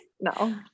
no